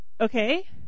okay